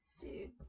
Dude